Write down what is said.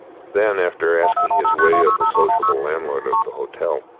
then, after asking his way of the sociable landlord of the hotel,